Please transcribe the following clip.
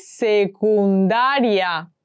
secundaria